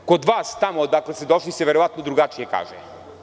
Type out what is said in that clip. Kod vas tamo odakle ste došli se verovatno drugačije kaže.